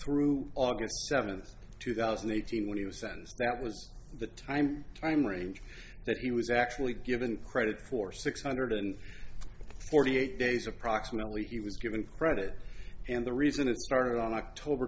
through august seventh two thousand and eighteen when he was sentenced that was the time time range that he was actually given credit for six hundred and forty eight days approximately he was given credit and the reason it started on october